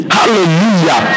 Hallelujah